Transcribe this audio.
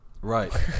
Right